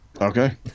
Okay